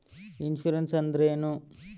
Insurance ಅಂದ್ರೇನು?